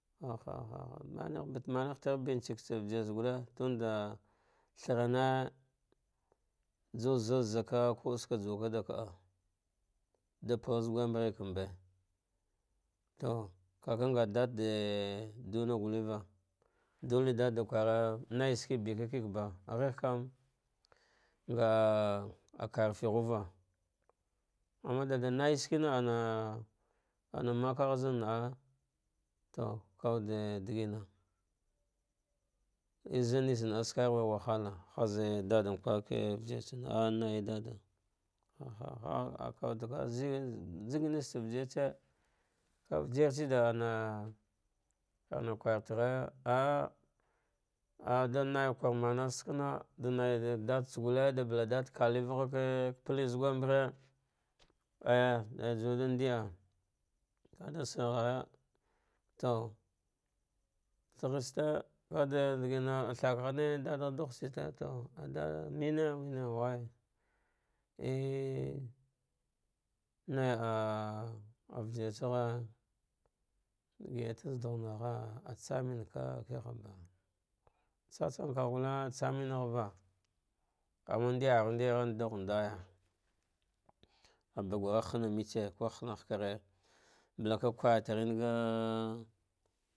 Ha ha ha ske manghane fete bartseke ujirtsagare tund tharane ju zaza ka kutsaka juwakada kaɗa, da palzu gumbrikambe, to ka kanga dada de duna gatava, dole dada kwara na iska be ka kekba a ghe ghe kam, ngah karfi ghuva amma daida naisheke, ana, ana makaghe zan na'a to kawude digina, ezanashi zanna'a wahala le naidada ka haha kawude ze nga gineste ujirtse, ujirtse da ana anakwartarya ah da naikwama ste kama, da naiz dada tsa gafe ka kale vaghake, kapate zugumre el da juwu da ndiah ka'ada saghaya to saghste kada digina dadagh dightse, to adada mene wai le nai ah ah vjirtsagh gidate zagh dugh nagha tsamenka kihaba tsatsam kagh gule tsamenghea, amma nɗi auru ndigan dugh naya, ah bagurgh hana mbetse le hana hakare palan kwartran an.